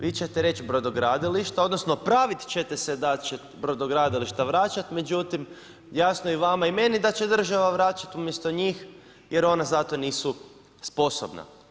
Vi ćete reći brodogradilišta, odnosno pravit ćete se da će brodogradilišta vraćat, međutim jasno je i vama i meni da će država vraćat umjesto njih jer ona za to nisu sposobna.